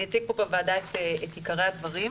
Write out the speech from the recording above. אני אציג כאן את עיקרי הדברים.